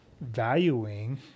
valuing